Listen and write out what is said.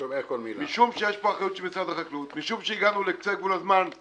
מכיר את כל החברים שהיו שם וישנם היום?